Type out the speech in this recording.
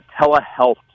telehealth